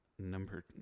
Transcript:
Number